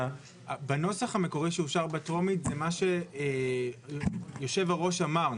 בנוסח המקורי שאושר בטרומית זה מה שיושב-הראש אמר,